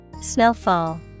Snowfall